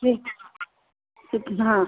ठीक कितना